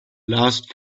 last